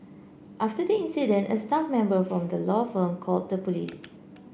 after the incident a staff member from the law firm called the police